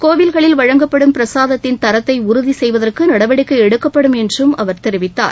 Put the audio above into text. கோவில்களில் வழங்கப்படும் பிரசாதத்தின் தரத்தை உறுதி செய்வதற்கு நடவடிக்கை எடுக்கப்படும் என்றும் அவர் கெரிவித்தார்